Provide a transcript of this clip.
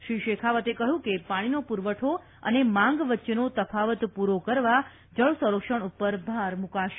શ્રી શેખાવતે કહ્યું કે પાણી પુરવઠા અને માંગ વચ્ચેનો તફાવત પૂરો કરવા જળસંરક્ષણ પર ભાર મૂકાશે